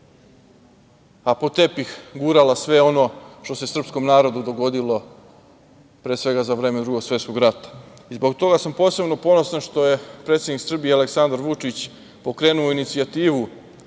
a pod tepih gurala sve ono što se srpskom narodu dogodilo pre svega za vreme Drugog svetskog rata.I zbog toga sam posebno poseban što je predsednik Srbije Aleksandar Vučić pokrenuo inicijativu